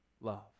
Love